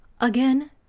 again